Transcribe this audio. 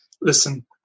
listen